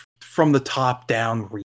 from-the-top-down